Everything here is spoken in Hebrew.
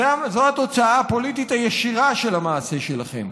זו התוצאה הפוליטית הישירה של המעשה שלכם.